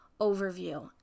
overview